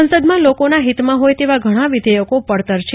સંસદમાં લોકોના હિતમાં હોય તેવા ઘણા વિધેયકો પડતર છે